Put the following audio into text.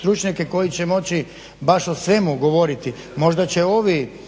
stručnjake koji će moći baš o svemu govoriti, možda će ovi